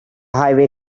highway